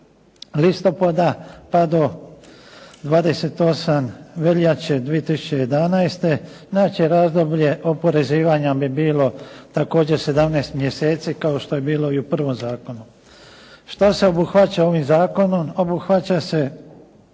listopada, pa do 28. veljače 2011. najveće razdoblje oporezivanja bi bilo također 17 mjeseci kao što je bilo i u prvom zakonu. Što se obuhvaća ovim zakonom? Obuhvaća se